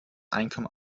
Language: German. einkommen